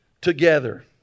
together